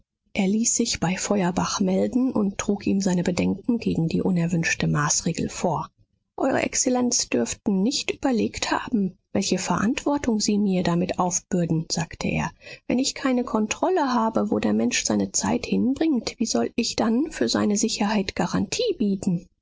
er ließ sich bei feuerbach melden und trug ihm seine bedenken gegen die unerwünschte maßregel vor eure exzellenz dürften nicht überlegt haben welche verantwortung sie mir damit aufbürden sagte er wenn ich keine kontrolle habe wo der mensch seine zeit hinbringt wie soll ich dann für seine sicherheit garantie bieten